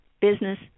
business